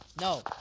no